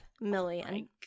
million